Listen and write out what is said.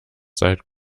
seit